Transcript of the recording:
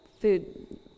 food